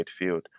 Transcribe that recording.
midfield